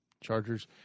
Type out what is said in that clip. Chargers